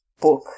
book